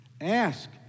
Ask